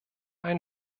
ein